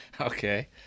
Okay